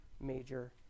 major